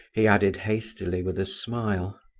he added, hastily, with a smile.